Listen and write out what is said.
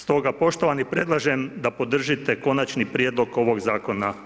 Stoga poštovani predlažem da podržite Konačni prijedlog ovog zakona.